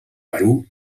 perú